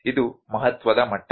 ಇದು ಮಹತ್ವದ ಮಟ್ಟ